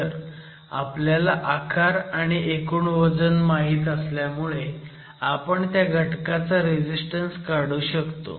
तर आपल्याला आकार आणि एकूण वजन माहीत असल्यामुळे आपण त्या घटकाचा रेझीस्टन्स काढू शकतो